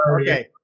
Okay